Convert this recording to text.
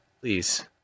Please